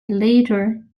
later